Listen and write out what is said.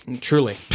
Truly